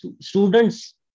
students